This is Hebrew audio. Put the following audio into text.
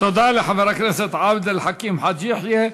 תודה לחבר הכנסת עבד אל חכים חאג' יחיא.